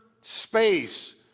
space